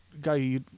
guy